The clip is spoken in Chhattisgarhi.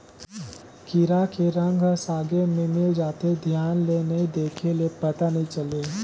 कीरा के रंग ह सागे में मिल जाथे, धियान ले नइ देख ले पता नइ चले